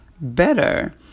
better